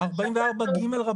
44ג(א),